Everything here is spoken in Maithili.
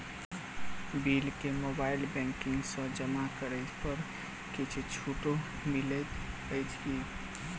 बिल केँ मोबाइल बैंकिंग सँ जमा करै पर किछ छुटो मिलैत अछि की?